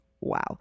wow